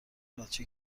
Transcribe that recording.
بچه